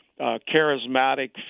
charismatic